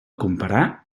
comparar